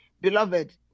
beloved